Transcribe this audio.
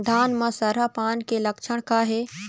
धान म सरहा पान के लक्षण का हे?